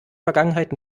vergangenheit